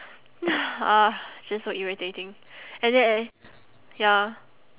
ah it's just so irritating and then a~ ya